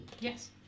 Yes